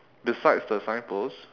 besides the signpost